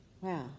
Wow